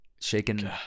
Shaking